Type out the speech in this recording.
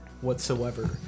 whatsoever